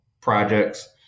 projects